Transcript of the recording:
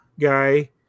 guy